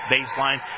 baseline